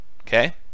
Okay